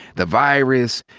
the virus,